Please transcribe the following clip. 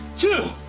two,